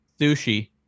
Sushi